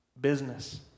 business